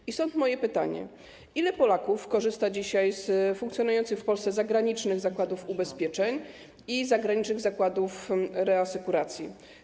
I stąd moje pytanie: Ilu Polaków korzysta dzisiaj z funkcjonujących w Polsce zagranicznych zakładów ubezpieczeń i zagranicznych zakładów reasekuracji?